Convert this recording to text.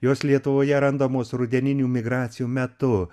jos lietuvoje randamos rudeninių migracijų metu